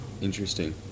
interesting